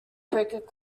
cricket